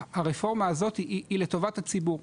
הרפורמה הזאת היא לטובת הציבור,